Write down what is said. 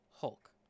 Hulk